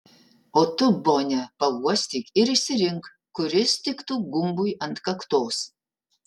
o tu bone pauostyk ir išsirink kuris tiktų gumbui ant kaktos